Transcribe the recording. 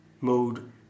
mode